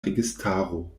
registaro